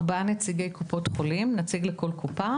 ארבעה נציגי קופות חולים נציג לכל קופה